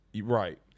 right